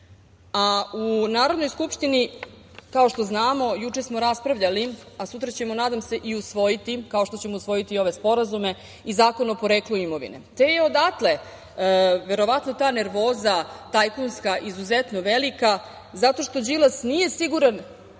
u Narodnoj skupštini juče smo raspravljali, a sutra ćemo nadam se i usvojiti, kao što ćemo usvojiti i ove sporazume, i Zakon o poreklu imovine, te je odatle verovatno ta nervoza tajkunska izuzetno velika, zato što Đilas nije siguran,